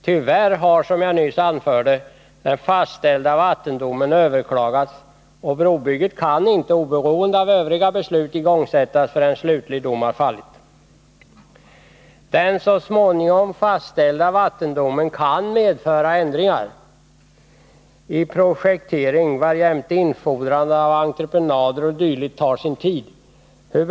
Tyvärr har, som jag nyss framhöll, den fastställda 16 december 1980 vattendomen överklagats, och brobygget kan inte — oberoende av övriga beslut — igångsättas förrän slutlig dom har fallit. Besparingar i Den så småningom fastställda vattendomen kan medföra ändringar i statsverksamheten, projekteringen, varjämte infordrande av entreprenader o. d. tar sin tid. Hur», m.